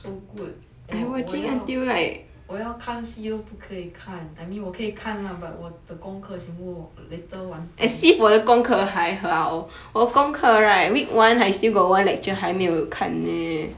so good 我要我要看戏又不可以看 I mean 我可以看 lah but 我的功课全部我 later 完蛋